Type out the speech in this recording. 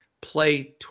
play